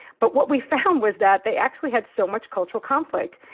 but what we found was that they actually had so much cultural conflict.